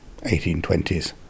1820s